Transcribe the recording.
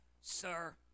sir